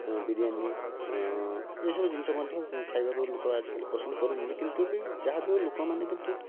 ବିରିୟାନୀ ଏସବୁ ଜିନିଷ ମଧ୍ୟ ଖାଇବାକୁ ଲୋକ ଆଜିକାଲି ପସନ୍ଦ କରୁଛନ୍ତି କିନ୍ତୁ ବି ଯାହା ବି ହେଉ ଲୋକମାନେ କିନ୍ତୁ